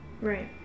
Right